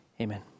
Amen